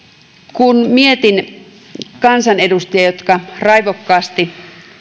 kun mietin kansanedustajia jotka raivokkaasti